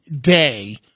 day